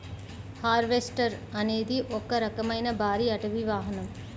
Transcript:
harvester అనేది ఒక రకమైన భారీ అటవీ వాహనం